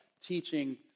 teaching